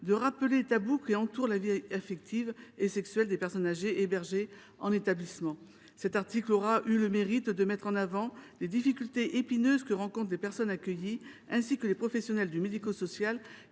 de rappeler les tabous qui entourent la vie affective et sexuelle des personnes âgées hébergées en établissement. Cet article aura eu le mérite de mettre en avant les difficultés épineuses que rencontrent les personnes accueillies et les professionnels chargés